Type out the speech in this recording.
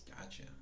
Gotcha